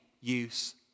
use